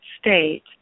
state